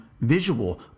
visual